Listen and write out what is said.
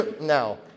Now